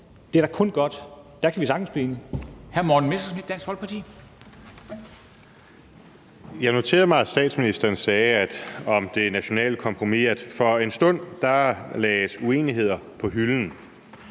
Det er da kun godt – der kan vi sagtens blive enige.